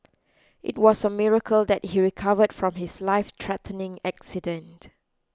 it was a miracle that he recovered from his lifethreatening accident